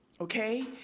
okay